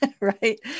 right